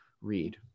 read